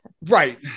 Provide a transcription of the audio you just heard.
Right